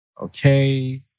Okay